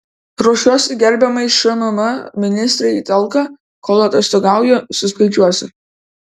ruošiuosi gerbiamai šmm ministrei į talką kol atostogauju suskaičiuosiu